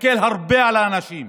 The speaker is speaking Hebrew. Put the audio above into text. שתקל הרבה על האנשים,